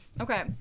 Okay